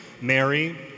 Mary